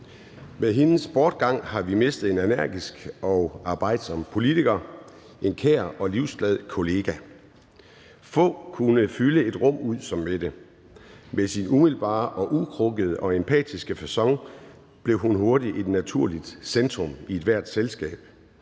Med hendes bortgang har vi mistet en energisk og arbejdsom politiker og en kær og livsglad kollega. Få kunne fylde et rum ud som Mette. Med sin umiddelbare, ukrukkede og empatiske facon blev hun hurtigt et naturligt centrum i ethvert selskab.